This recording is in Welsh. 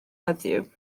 heddiw